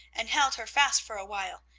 and held her fast for a while,